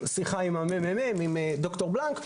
בשיחה עם הממ"מ עם דוקטור בלנק,